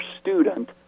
student